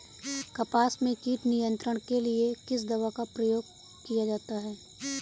कपास में कीट नियंत्रण के लिए किस दवा का प्रयोग किया जाता है?